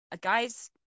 guys